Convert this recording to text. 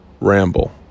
ramble